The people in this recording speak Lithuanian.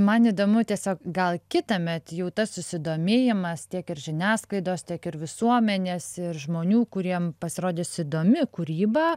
man įdomu tiesiog gal kitąmet jau tas susidomėjimas tiek ir žiniasklaidos tiek ir visuomenės ir žmonių kuriem pasirodys įdomi kūryba